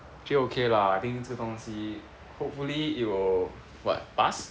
actually ok lah I think 这东西 hopefully it will what pass